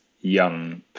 young